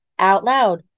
OUTLOUD